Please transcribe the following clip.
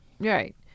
right